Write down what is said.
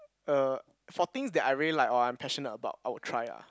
er for things that I really like or I'm passionate about I will try ah